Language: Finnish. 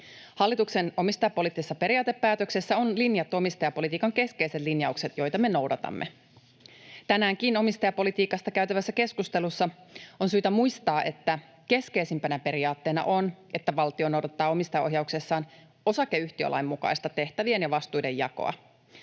Hallituksen omistajapoliittisessa periaatepäätöksessä on linjattu omistajapolitiikan keskeiset linjaukset, joita me noudatamme. Tänäänkin omistajapolitiikasta käytävässä keskustelussa on syytä muistaa, että keskeisimpänä periaatteena on, että valtio noudattaa omistajaohjauksessaan osakeyhtiölain mukaista tehtävien ja vastuiden jakoa.